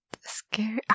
scary